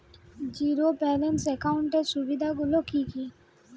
Zero balance একাউন্টের সুবিধা গুলি কি কি?